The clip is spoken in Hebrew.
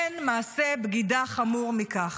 אין מעשה בגידה חמור מכך.